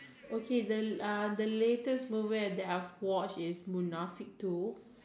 okay then uh the latest movie that I've watched is Munafik two